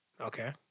Okay